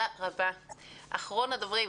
אחרון הדוברים,